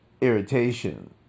irritation